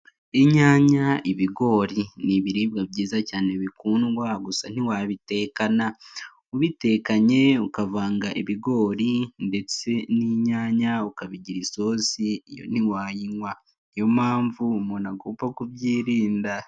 Inyanya, ibigori ni ibiribwa byiza cyane bikundwa gusa ntiwabitekana, ubitekanye ukavanga ibigori ndetse n'inyanya ukabigira isosi iyo ntiwayinywa, ni yo mpamvu umuntu agomba kubyirinda.